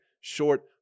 short